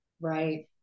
Right